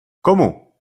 komu